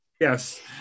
Yes